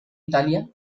italia